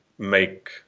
make